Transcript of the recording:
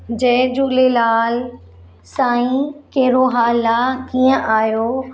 जय झूलेलाल साईं कहिड़ो हाल आहे कीअं आहियो